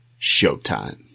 showtime